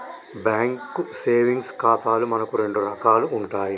bank savings ఖాతాలు మనకు రెండు రకాలు ఉంటాయి